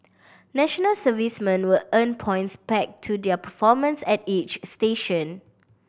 national servicemen will earn points pegged to their performance at each station